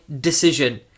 decision